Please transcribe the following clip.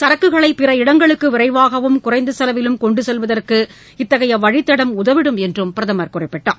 சரக்குகளை பிற இடங்களுக்கு விரைவாகவும் குறைந்த செலவிலும் கொண்டு செல்வதற்கு இத்தகைய வழித்தடம் உதவிடும் என்றும் அவர் கூறினார்